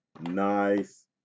nice